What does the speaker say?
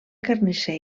carnisser